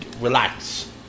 Relax